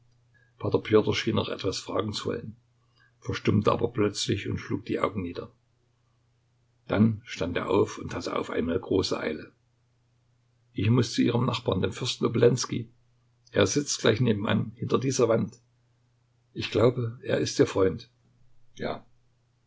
schien noch etwas fragen zu wollen verstummte aber plötzlich und schlug die augen nieder dann stand er auf und hatte auf einmal große eile ich muß zu ihrem nachbarn dem fürsten obolenskij er sitzt gleich nebenan hinter dieser wand ich glaube er ist ihr freund ja